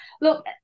look